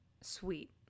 sweet